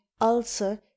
ulcer